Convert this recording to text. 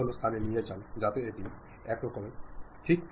മനുഷ്യരെന്ന നിലയിൽ നാം വാക്കുകളിലൂടെയാണ് ആശയവിനിമയം നടത്തുന്നത്